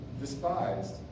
despised